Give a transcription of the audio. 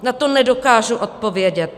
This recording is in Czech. Na to nedokážu odpovědět.